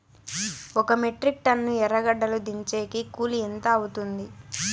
ఒక metric ton ఎర్రగడ్డలు దించేకి కూలి ఎంత అవుతుంది?